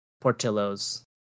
Portillo's